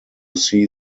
see